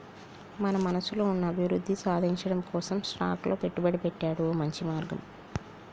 మన మనసులో ఉన్న అభివృద్ధి సాధించటం కోసం స్టాక్స్ లో పెట్టుబడి పెట్టాడు ఓ మంచి మార్గం